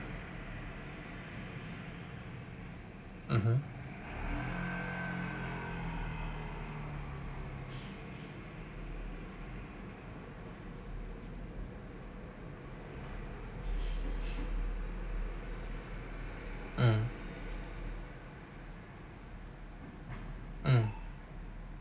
um hmm mm mm